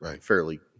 fairly